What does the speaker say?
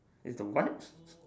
it's the what